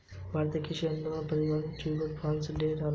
भारतीय कृषि अनुसंधान परिषद ने ट्यूबर क्रॉप्स डे मनाया